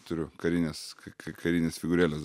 turiu karines k k karines figūrėles